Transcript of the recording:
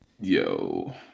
yo